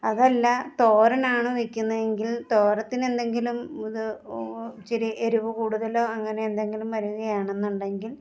അതല്ല തോരനാണ് വെക്കുന്നെങ്കിൽ തോരത്തിനെന്തെങ്കിലും ഇത് ഇച്ചിരി എരിവ് കൂടുതൽ അങ്ങനെ എന്തെങ്കിലും വരുകയാണെന്നുണ്ടെങ്കിൽ